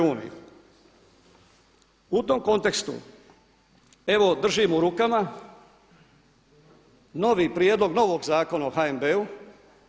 U tom kontekstu evo držim u rukama novi prijedlog novog Zakona o HNB-u.